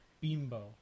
Bimbo